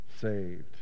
saved